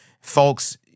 Folks